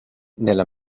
nella